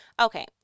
Okay